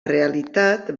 realitat